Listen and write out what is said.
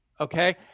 okay